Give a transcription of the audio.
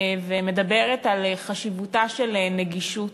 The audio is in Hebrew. ומדברת על חשיבותה של נגישות.